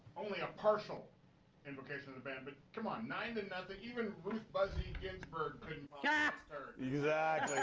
only a partial invocation of the ban, but come on. nine to nothing even ruth buzzy ginsberg couldn't yeah